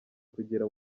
kugera